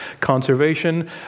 conservation